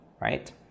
Right